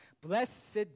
Blessed